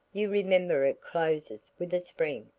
you remember it closes with a spring,